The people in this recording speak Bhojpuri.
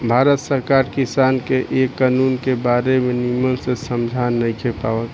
भारत सरकार किसान के ए कानून के बारे मे निमन से समझा नइखे पावत